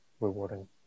rewarding